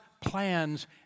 plans